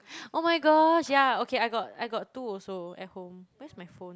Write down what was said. oh my gosh yeah okay I got I got two also at home where's my phone